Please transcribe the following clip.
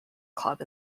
club